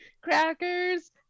crackers